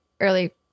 early